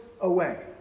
away